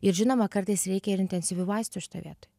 ir žinoma kartais reikia ir intensyvių vaistų šitoj vietoj